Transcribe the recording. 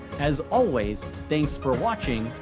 as always, thanks for watching,